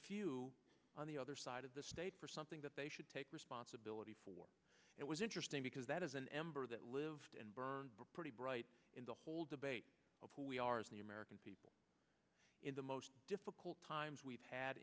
few on the other side of the state for something that they should take responsibility for it was interesting because that is an ember that lived and burned pretty bright in the whole debate of who we are as the american people in the most difficult times we've had